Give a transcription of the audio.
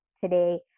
today